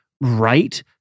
right